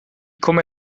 komme